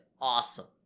awesome